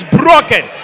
broken